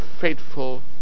faithful